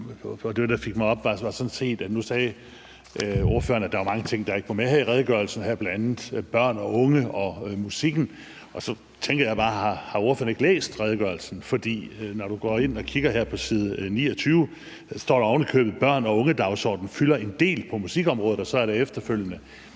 Det, der fik mig op, var sådan set, at ordføreren sagde, at der var mange ting, der ikke var med her i redegørelsen, bl.a. børn og unge og musikken. Så tænker jeg bare: Har ordføreren ikke læst redegørelsen? For når du går ind og kigger her på side 29 og efterfølgende, står der ovenikøbet, at børn- og ungedagsordenen fylder en del på musikområdet. Så det er altså